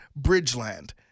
Bridgeland